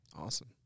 Awesome